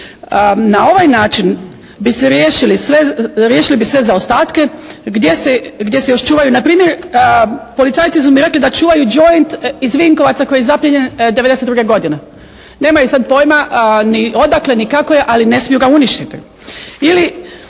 Na ovaj način bi se riješili sve zaostatke gdje se još čuvaju. Na primjer policajci su mi rekli da čuvaju joint iz Vinkovaca koji je zaplijenjen 92. godine. Nemaju sada pojma ni odakle ni kako je, ali ne smiju ga uništiti.